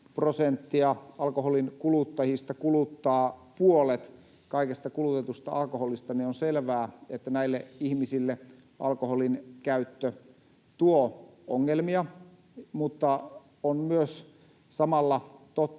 prosenttia alkoholin kuluttajista kuluttaa puolet kaikesta kulutetusta alkoholista, niin on selvää, että näille ihmisille alkoholinkäyttö tuo ongelmia. Mutta on myös samalla totta,